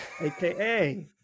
AKA